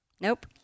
Nope